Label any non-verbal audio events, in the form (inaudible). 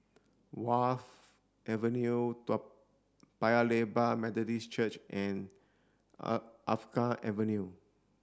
Wharf Avenue (unintelligible) Paya Lebar Methodist Church and (unintelligible) Alkaff Avenue